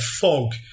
fog